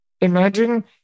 Imagine